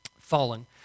fallen